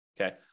okay